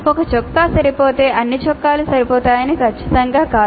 ఒక చొక్కా సరిపోతే అన్నీ చొక్కాలు సరిపోతాయని ఖచ్చితంగా కాదు